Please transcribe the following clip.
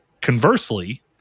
conversely